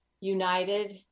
united